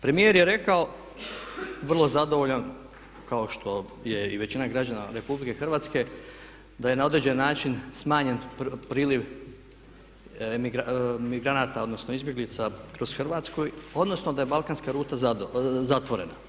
Premijer je rekao vrlo zadovoljan kao što je i većina građana Republike Hrvatske da je na određen način smanjen priliv migranata, odnosno izbjeglica kroz Hrvatsku odnosno da je Balkanska ruta zatvorena.